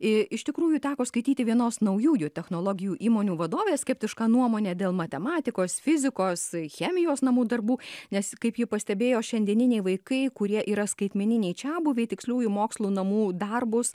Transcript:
iš tikrųjų teko skaityti vienos naujųjų technologijų įmonių vadovės skeptišką nuomonę dėl matematikos fizikos chemijos namų darbų nes kaip ji pastebėjo šiandieniniai vaikai kurie yra skaitmeniniai čiabuviai tiksliųjų mokslų namų darbus